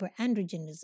hyperandrogenism